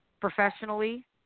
professionally